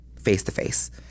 face-to-face